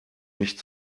nicht